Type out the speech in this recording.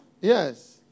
Yes